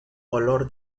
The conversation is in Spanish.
olor